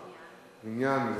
מניין,